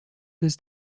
this